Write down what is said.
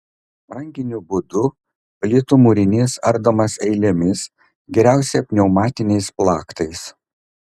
rankiniu būdu plytų mūrinys ardomas eilėmis geriausia pneumatiniais plaktais